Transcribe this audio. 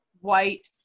white